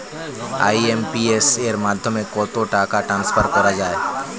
IMPS এর মাধ্যমে কত টাকা ট্রান্সফার করা যায়?